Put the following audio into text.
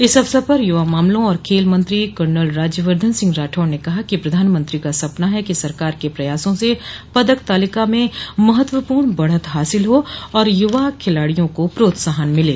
इस अवसर पर युवा मामलों और खेल मंत्री कर्नल राज्यवर्द्वन सिंह राठौड़ ने कहा कि प्रधानमंत्री का सपना है कि सरकार के प्रयासों से पदक तालिका में महत्वपूर्ण बढ़त हासिल हो और युवा खिलाडियों को प्रोत्साहन मिले